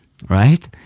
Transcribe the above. Right